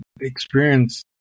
experience